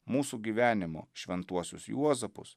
mūsų gyvenimo šventuosius juozapus